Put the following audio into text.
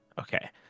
Okay